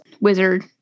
wizard